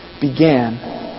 began